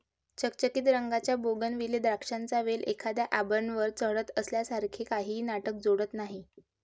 चकचकीत रंगाच्या बोगनविले द्राक्षांचा वेल एखाद्या आर्बरवर चढत असल्यासारखे काहीही नाटक जोडत नाही